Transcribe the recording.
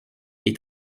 est